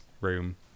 room